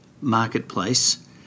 marketplace